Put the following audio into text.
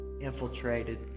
infiltrated